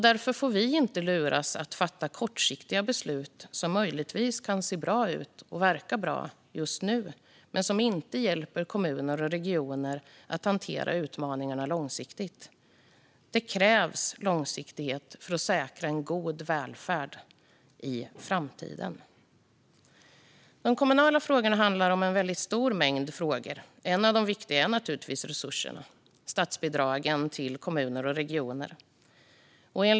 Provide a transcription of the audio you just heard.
Därför får vi inte luras att fatta kortsiktiga beslut som möjligtvis kan verka bra just nu men som inte hjälper kommuner och regioner att hantera utmaningarna långsiktigt. Det krävs långsiktighet för att säkra en god välfärd i framtiden. De kommunala frågorna handlar om en stor mängd saker. En av de viktiga frågorna är naturligtvis resurserna - statsbidragen till kommuner och regioner.